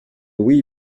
oui